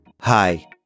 Hi